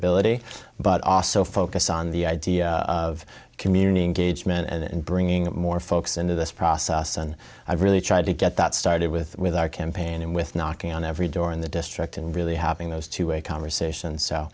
ability but also focused on the idea of communing gauge men and bringing more folks into this process and i really tried to get that started with with our campaign and with knocking on every door in the district and really having those two way conversation so